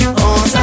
on